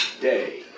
day